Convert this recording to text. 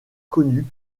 connu